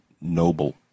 noble